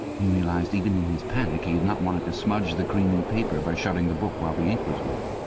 he realized, even in his panic he had not wanted to smudge the creamy paper by shutting the book while the ink was wet.